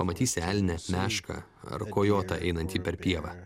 pamatysi elnią mešką ar kojotą einantį per pievą